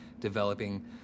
developing